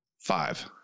Five